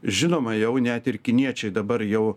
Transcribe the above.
žinoma jau net ir kiniečiai dabar jau